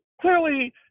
clearly